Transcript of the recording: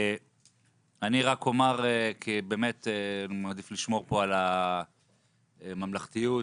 אני מעדיף לשמור על הממלכתיות והמחויבות,